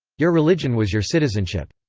your religion was your citizenship.